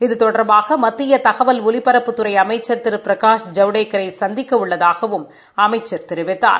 இது தொடர்பாக மத்திய தகவல் ஒலிபரப்புத்துறை அமைச்சள் திரு பிரகாஷ் ஜவடேக்கரை சந்திக்க உள்ளதாகவும் அமைச்சர் தெரிவித்தார்